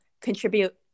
contribute